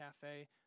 cafe